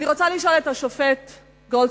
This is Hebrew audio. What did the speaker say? אני רוצה לשאול את השופט גולדסטון,